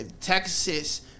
Texas